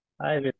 Hi